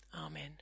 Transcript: Amen